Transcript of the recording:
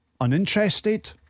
uninterested